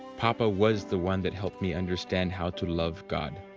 papa was the one that helped me understand how to love god.